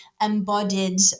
embodied